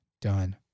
done